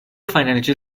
financial